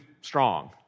strong